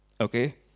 okay